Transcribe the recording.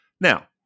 Now